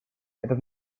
этот